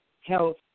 health